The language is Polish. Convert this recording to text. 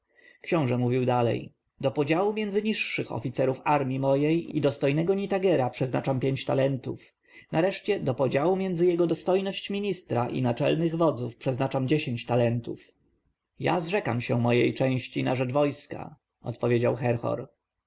książę mówił dalej do podziału między niższych oficerów armji mojej i dostojnego nitagera przeznaczam pięć talentów nareszcie do podziału między jego dostojność ministra i naczelnych wodzów przeznaczam dziesięć talentów ja zrzekam się mojej części na rzecz wojska odpowiedział herhor